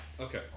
Okay